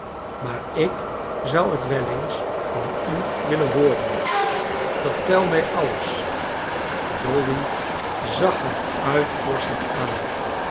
maar ik zou het wel eens van u willen hooren vertel mij alles dolly zag haar uitvorschend aan